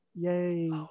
yay